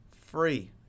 free